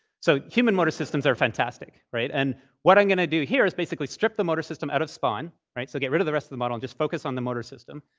so human motor systems are fantastic, right? and what i'm going to do here is basically strip the motor system out of spaun, right? so get rid of the rest of the model and just focus on the motor system.